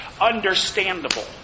Understandable